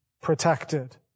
protected